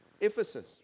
Ephesus